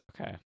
Okay